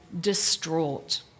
distraught